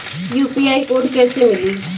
UPI code कैसे मिली?